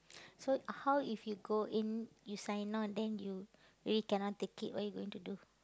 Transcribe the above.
so how if you go in you sign on then you really cannot take it what you going to do